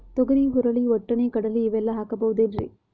ತೊಗರಿ, ಹುರಳಿ, ವಟ್ಟಣಿ, ಕಡಲಿ ಇವೆಲ್ಲಾ ಹಾಕಬಹುದೇನ್ರಿ?